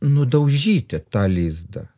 nudaužyti tą lizdą